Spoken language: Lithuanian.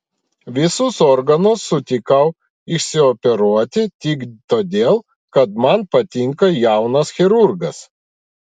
visus organus sutikau išsioperuoti tik todėl kad man patinka jaunas chirurgas